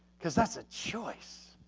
because that's a choice,